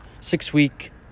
six-week